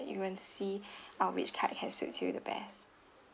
you will see uh which card can suits you the best